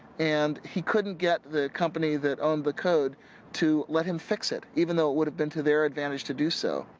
and he couldn't get the company that owned on the code to let him fix it even though it would have been to their advantage to do so.